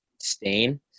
stain